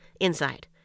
inside